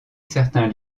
certains